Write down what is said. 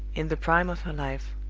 in the prime of her life.